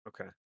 Okay